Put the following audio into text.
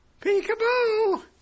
peekaboo